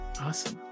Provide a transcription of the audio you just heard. Awesome